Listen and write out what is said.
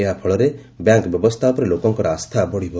ଏହାଫଳରେ ବ୍ୟାଙ୍କ୍ ବ୍ୟବସ୍ଥା ଉପରେ ଲୋକଙ୍କର ଆସ୍ଥା ବଢ଼ିବ